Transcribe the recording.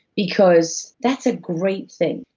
because that's a great thing.